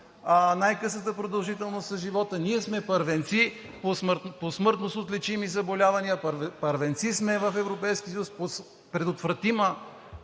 най-късата продължителност на живота. Ние сме първенци по смъртност от лечими заболявания, първенци сме в Европейския съюз по предотвратима